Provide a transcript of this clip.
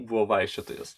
buvo vaikščiotojas